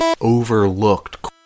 overlooked